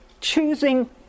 choosing